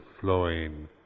flowing